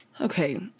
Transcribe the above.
Okay